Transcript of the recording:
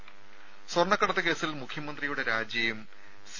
രുമ സ്വർണ്ണക്കടത്ത് കേസിൽ മുഖ്യമന്ത്രിയുടെ രാജിയും സി